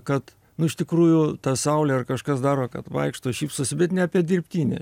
kad nu iš tikrųjų ta saulė ar kažkas daro kad vaikšto šypsosi bet ne apie dirbtinė